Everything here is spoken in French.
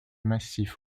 massifs